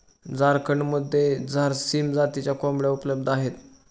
झारखंडमध्ये झारसीम जातीच्या कोंबड्या उपलब्ध आहेत